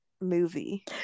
movie